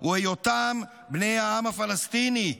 הוא היותם בני העם הפלסטיני,